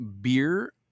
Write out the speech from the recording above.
beer